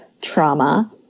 trauma